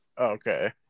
Okay